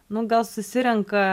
nu gal susirenka